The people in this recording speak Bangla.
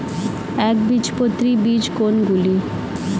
একবীজপত্রী বীজ কোন গুলি?